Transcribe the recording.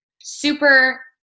Super